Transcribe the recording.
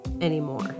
anymore